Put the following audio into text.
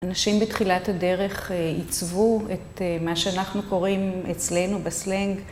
אנשים בתחילת הדרך עיצבו את מה שאנחנו קוראים אצלנו בסלנג.